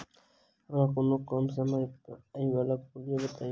हमरा कोनो कम समय आ पाई वला पोलिसी बताई?